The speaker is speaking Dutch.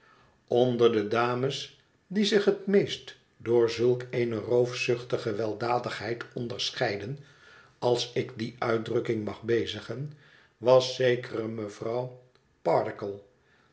onder de dames die zich het meest door zulk eene roofzuchtige weldadigheid onderscheidden als ik die uitdrukking mag bezigen was zekere mevrouw pardiggle